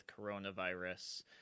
coronavirus